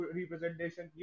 representation